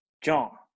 John